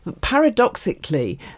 Paradoxically